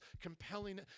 compelling